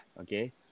okay